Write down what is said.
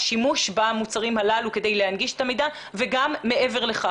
השימוש במוצרים האלו כדי להנגיש את המידע וגם מעבר לכך.